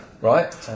right